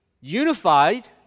unified